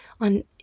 on